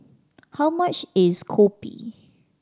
how much is kopi